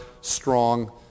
strong